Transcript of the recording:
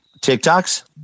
TikToks